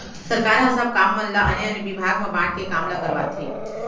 सरकार ह सब काम मन ल आने आने बिभाग म बांट के काम ल करवाथे